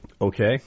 Okay